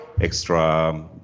extra